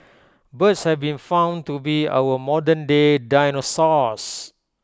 birds have been found to be our modernday dinosaurs